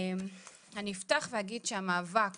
אני אפתח ואגיד שהמאבק